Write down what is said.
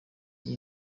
iyi